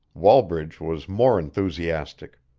wallbridge was more enthusiastic.